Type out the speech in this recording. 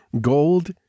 gold